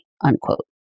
unquote